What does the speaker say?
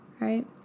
right